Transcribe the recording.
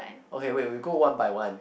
okay wait we go one by one